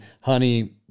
honey